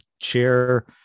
chair